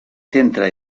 centra